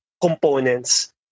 components